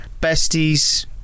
Besties